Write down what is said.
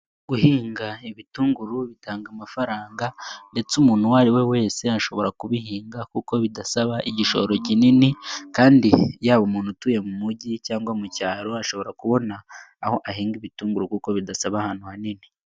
Guhinga ibitunguru bitanga amafaranga ndetse umuntu uwo ari we wese ashobora kubihinga kuko bidasaba igishoro kinini kandi yaba umuntu utuye mu mujyi cyangwa mu cyaro ashobora kubona aho ahinga ibitunguru kuko bidasaba ahantu hanini.